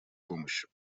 помощи